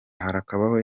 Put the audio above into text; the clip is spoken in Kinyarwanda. harakabaho